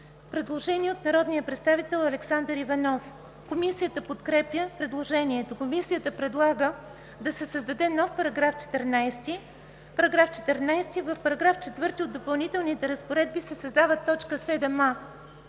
Предложение от народния представител Александър Иванов. Комисията подкрепя предложението. Комисията предлага да се създаде нов § 14: „§ 14. В § 4 от Допълнителните разпоредби се създава т. 7а: